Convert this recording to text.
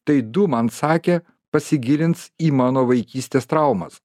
tai du man sakė pasigilins į mano vaikystės traumas